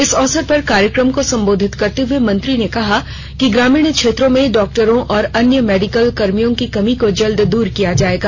इस अवसर पर कार्यक्रम को सम्बोधित करते हुए मंत्री ने कहा कि ग्रामीण क्षेत्रों में डॉक्टरों और अन्य मेडिकल कर्मियों की कमी को जल्द दूर किया जायेगा